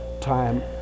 time